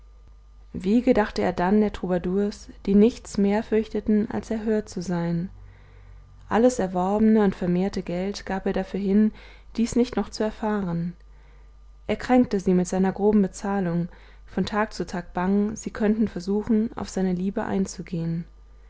wie gedachte er dann der troubadours die nichts mehr fürchteten als erhört zu sein alles erworbene und vermehrte geld gab er dafür hin dies nicht noch zu erfahren er kränkte sie mit seiner groben bezahlung von tag zu tag bang sie könnten versuchen auf seine liebe einzugehen